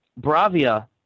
Bravia